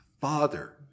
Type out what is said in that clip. father